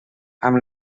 amb